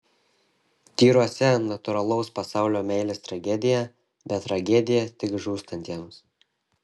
tyruose natūralaus pasaulio meilės tragedija bet tragedija tik žūstantiems